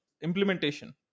implementation